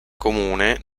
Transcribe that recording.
comune